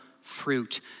fruit